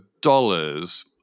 dollars